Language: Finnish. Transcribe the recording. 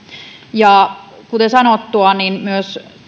ja kuten sanottua myös